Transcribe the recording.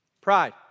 Pride